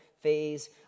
phase